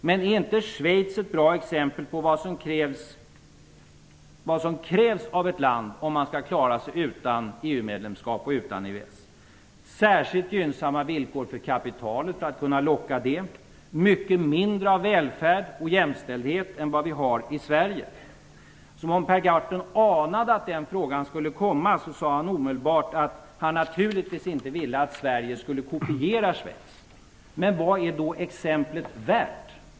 Men är inte Schweiz ett bra exempel på vad som krävs av ett land om det skall klara sig utan ett EU-medlemskap och ett EES avtal? Schweiz har särskilt gynnsamma villkor för kapitalet, så att det lockas dit. Man har mycket mindre av välfärd och jämställdhet än vad vi har i Sverige. Som om Per Gahrton anade att den frågan skulle komma upp sade han omedelbart att han naturligtvis inte ville att Sverige skulle kopiera Schweiz. Men vad är då det exemplet värt?